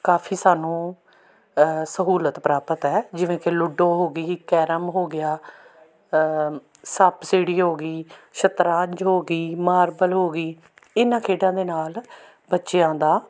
ਕਾਫ਼ੀ ਸਾਨੂੰ ਸਹੂਲਤ ਪ੍ਰਾਪਤ ਹੈ ਜਿਵੇਂ ਕਿ ਲੂਡੋ ਹੋ ਗਈ ਕੈਰਮ ਹੋ ਗਿਆ ਸੱਪ ਸੀਡੀ ਹੋ ਗਈ ਸ਼ਤਰੰਜ ਹੋ ਗਈ ਮਾਰਬਲ ਹੋ ਗਈ ਇਹਨਾਂ ਖੇਡਾਂ ਦੇ ਨਾਲ ਬੱਚਿਆਂ ਦਾ